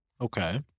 Okay